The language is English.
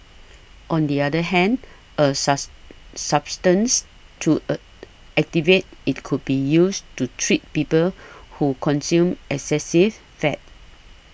on the other hand a suss substance to a activate it could be used to treat people who consume excessive fat